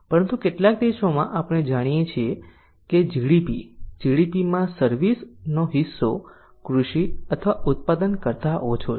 પરંતુ કેટલાક દેશોમાં આપણે જોઈએ છીએ કે GDP GDPમાં સર્વિસ નો હિસ્સો કૃષિ અથવા ઉત્પાદન કરતા ઓછો છે